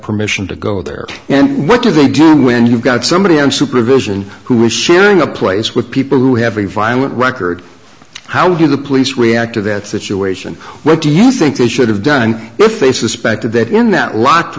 permission to go there and what do they do when you've got somebody on supervision who is sharing a place with people who have a violent record how did the police react to that situation what do you think they should have done if they suspected that in that lock